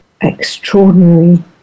extraordinary